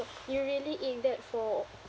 you really eat that for